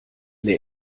der